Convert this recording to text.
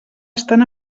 estan